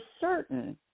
certain